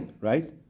right